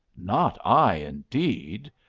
not i, indeed!